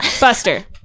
Buster